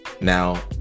Now